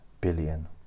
billion